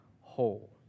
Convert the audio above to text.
whole